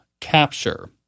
capture